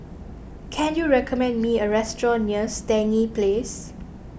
can you recommend me a restaurant near Stangee Place